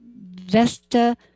Vesta